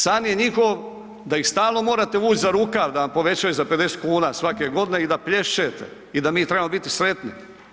San je njihov da ih stalno morate vuć za rukav da vam povećaju za 50,00 kn svake godine i da plješćete i da mi trebamo biti sretni.